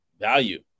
value